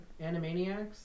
Animaniacs